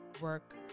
work